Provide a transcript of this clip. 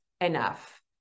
enough